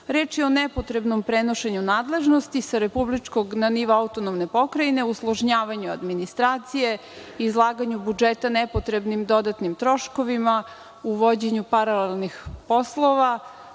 je o nepotrebnom prenošenju nadležnosti sa republičkog na nivo autonomne pokrajine, uslužnjavanju administracije, izlaganju budžeta nepotrebnim dodatnim troškovima u vođenju paralelnih poslova.